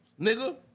nigga